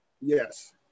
yes